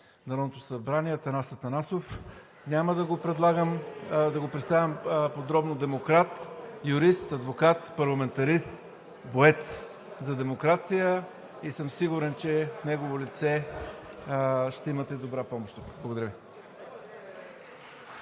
Народното събрание Атанас Атанасов. (Шум и реплики.) Няма да го представям подробно – демократ, юрист, адвокат, парламентарист, борец за демокрация. И съм сигурен, че в негово лице ще имате добра помощ. Благодаря Ви.